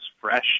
fresh